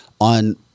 on